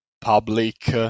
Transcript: public